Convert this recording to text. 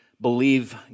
believe